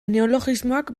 neologismoak